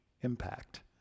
impact